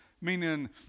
meaning